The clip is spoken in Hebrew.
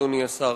אדוני השר,